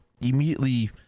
immediately